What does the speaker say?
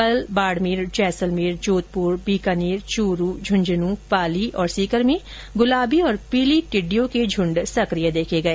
कल बाड़मेर जैसलमेर जोधपुर बीकानेर चूरू झुंझुनूं पाली और सीकर में गुलाबी और पीले टिड्डों के झुंड सकिय देखे गए